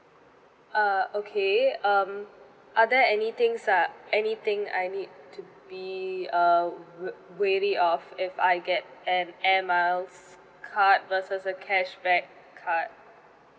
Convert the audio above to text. uh okay um are there anything uh anything I need to be uh w~ wary of if I get an air miles card versus a cashback card